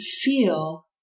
feel